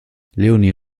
leonie